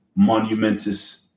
monumentous